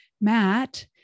Matt